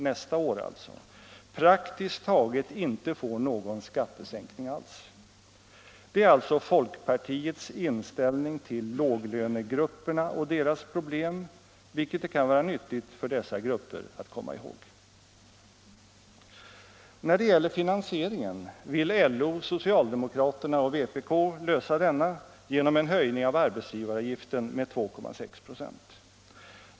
— nästa år alltså — praktiskt taget inte får någon skattesänkning alls. Det är således folkpartiets inställning till låglönegrupperna och deras problem, vilket det kan vara nyttigt för dessa grupper att komma ihåg. När det gäller finansieringen vill LO, socialdemokraterna och vpk lösa den frågan genom en höjning av arbetsgivaravgiften med 2,6 96.